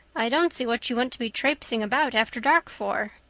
i don't see what you want to be traipsing about after dark for,